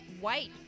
white